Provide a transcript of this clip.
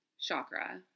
chakra